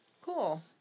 Cool